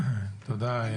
תודה.